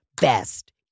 best